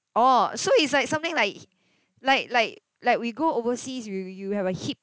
oh so it's like something like like like like we go overseas you you have a heat